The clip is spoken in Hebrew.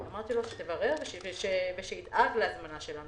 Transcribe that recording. אמרתי לו שידאג להזמנה שלנו.